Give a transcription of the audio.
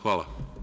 Hvala.